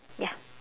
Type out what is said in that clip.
ya